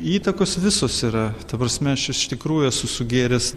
įtakos visos yra ta prasme aš iš tikrųjų esu sugėręs